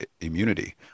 immunity